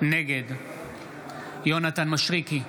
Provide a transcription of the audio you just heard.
נגד יונתן מישרקי,